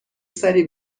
سری